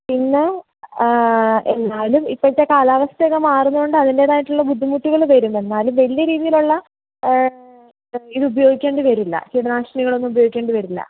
പിന്നെ എന്നാലും ഇപ്പോഴത്തെ കാലാവസ്ഥയൊക്കെ മാറുന്നോണ്ട് അതിൻറ്റേതായിട്ടുള്ള ബുദ്ധിമുട്ടുകൾ വരും എന്നാലും വലിയ രീതിയിലുള്ള ഇതുപയോഗിക്കേണ്ടി വരില്ല കീടനാശിനികളൊന്നും ഉപയോഗിക്കേണ്ടി വരില്ല